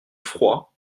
froid